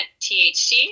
THC